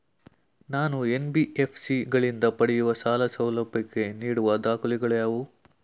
ನಾನು ಎನ್.ಬಿ.ಎಫ್.ಸಿ ಗಳಿಂದ ಪಡೆಯುವ ಸಾಲ ಸೌಲಭ್ಯಕ್ಕೆ ನೀಡುವ ದಾಖಲಾತಿಗಳಾವವು?